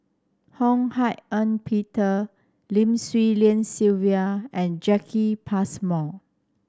Ho Hak Ean Peter Lim Swee Lian Sylvia and Jacki Passmore